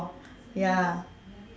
ya